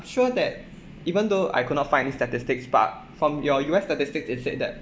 sure that even though I could not find any statistics but from your U_S statistics they said that